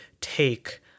take